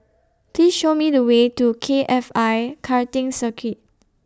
Please Show Me The Way to K F I Karting Circuit